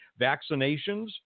vaccinations